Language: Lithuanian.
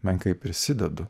menkai prisidedu